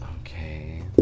Okay